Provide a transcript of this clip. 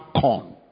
corn